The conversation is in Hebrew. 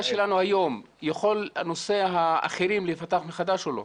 שלנו היום יכול נושא האחרים להיפתח מחדש או לא?